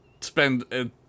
spend